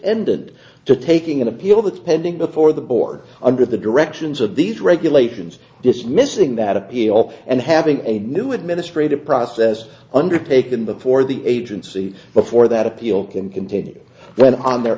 attendant to taking an appeal that pending before the board under the directions of these regulations dismissing that appeal and having a new administrative process undertaken before the agency before that appeal can continue when on their